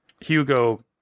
Hugo